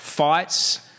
Fights